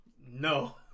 no